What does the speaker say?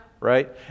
right